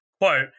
quote